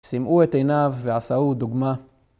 סימאו את עיניו ועשאוהו דוגמה.